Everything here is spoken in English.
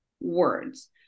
words